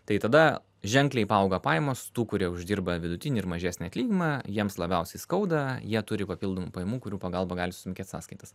tai tada ženkliai paauga pajamos tų kurie uždirba vidutinį ir mažesnį atlyginimą jiems labiausiai skauda jie turi papildomų pajamų kurių pagalba gali susimokėt sąskaitas